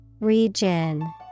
Region